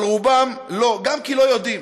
אבל רובם לא, גם כי לא יודעים.